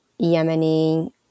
Yemeni